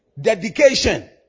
Dedication